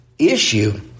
issue